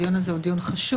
הדיון הוא דיון חשוב.